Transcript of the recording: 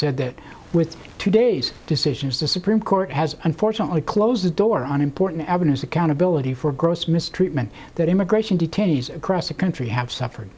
said that with today's decisions the supreme court has unfortunately closed the door on important avenues accountability for gross mistreatment that immigration detainees across the country have suffered